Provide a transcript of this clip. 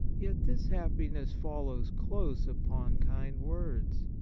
yet this happiness follows close upon kind words,